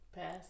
Pass